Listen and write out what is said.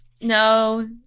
No